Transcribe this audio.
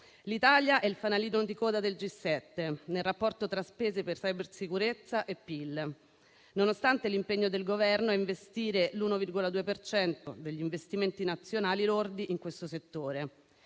l'Italia è il fanalino di coda del G7 nel rapporto tra spese per cybersicurezza e PIL, nonostante l'impegno del Governo a investire l'1,2 per cento degli investimenti nazionali lordi in questo settore.